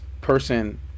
person